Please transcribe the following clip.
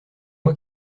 moi